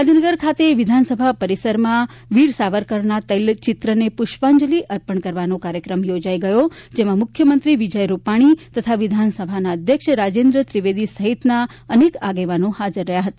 ગાંધીનગર ખાતે વિધાનસભા પરિસરમાં વીર સાવરકરના તૈલચિત્રને પૂષ્પાંજલિ અર્પણ કરવાનો કાર્યક્રમ યોજાઇ ગયો જેમાં મુખ્યમંત્રી વિજય રૂપાણી તથા વિધાનસભાના અધ્યક્ષ રાજેન્દ્ર ત્રિવેદી સહિતના અનેક આગેવાન હાજર હતા